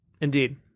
Indeed